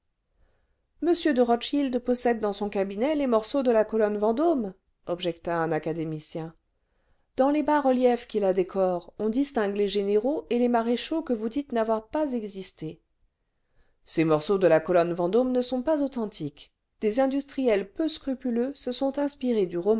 m de rothschild possède dans son cabinet les morceaux cle la colonne vendôme objecta un académicien dans les bas-reliefs qui la décorent on distingue les généraux et les maréchaux que vous dites n'avoir pas existé ces morceaux de la colonne vendôme ne sont pas authentiques des industriels peu scrupuleux se sont inspirés du